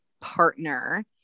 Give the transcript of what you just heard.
partner